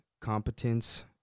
competence